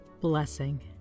blessing